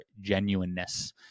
genuineness